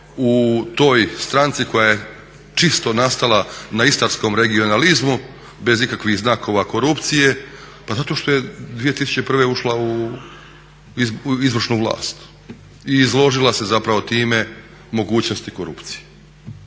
u toj stranci koja je čisto nastala na istarskom regionalizmu bez ikakvih znakova korupcije. Pa zato što je 2001.ušla u izvršnu vlas i izložila se zapravo time mogućnosti korupcije,